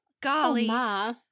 Golly